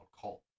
cult